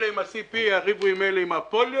שאלה עם ה-CP יריבו עם אלה עם הפוליו,